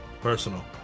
Personal